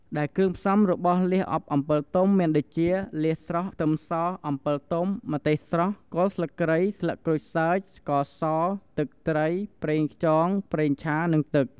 ដែលគ្រឿងផ្សំរបស់លៀសអប់អំពិលទុំមានដូចជា លៀសស្រស់ ខ្ទឹមស អំពិលទុំ ម្ទេសស្រស់ គល់ស្លឹកគ្រៃ ស្លឹកក្រូចសើច ស្ករស ទឹកត្រី ប្រេងខ្យង ប្រេងឆា និងទឹក។